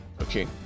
okay